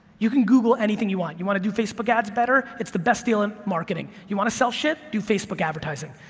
you can google anything you want. you want to do facebook ads better? it's the best deal in marketing, you want to sell shit? you facebook advertise it.